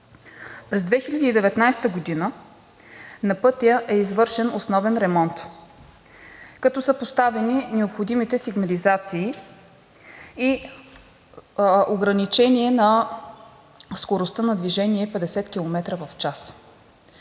През 2019 г. на пътя е извършен основен ремонт, като са поставени необходимите сигнализации и ограничение на скоростта на движение 50 км в час,